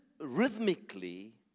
rhythmically